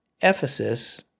Ephesus